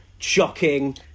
Shocking